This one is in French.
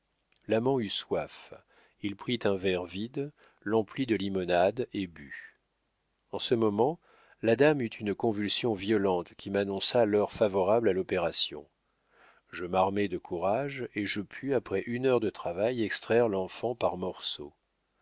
gosier l'amant eut soif il prit un verre vide l'emplit de limonade et but en ce moment la dame eut une convulsion violente qui m'annonça l'heure favorable à l'opération je m'armai de courage et je pus après une heure de travail extraire l'enfant par morceaux